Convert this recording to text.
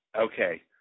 Okay